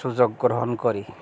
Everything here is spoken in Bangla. সুযোগ গ্রহণ করি